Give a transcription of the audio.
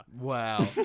Wow